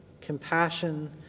compassion